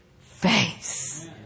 face